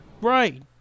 Right